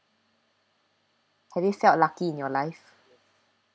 have you felt lucky in your life